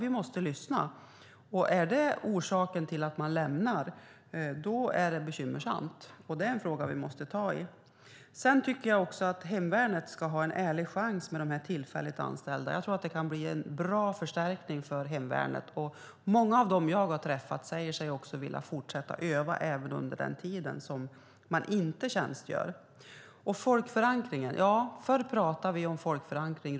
Vi måste lyssna, för om lönen är orsaken till att man lämnar verksamheten är det bekymmersamt. Den frågan måste vi ta tag i. Vidare tycker jag att hemvärnet ska ha en ärlig chans när det gäller tillfälligt anställda. Jag tror att det kan bli en bra förstärkning för hemvärnet. Många av dem jag träffat säger sig vilja fortsätta att öva även under den tid de inte tjänstgör. Folkförankringen: Förr talade vi runt köksbordet om folkförankring.